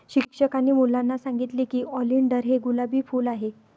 शिक्षकांनी मुलांना सांगितले की ऑलिंडर हे गुलाबी फूल आहे